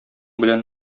белән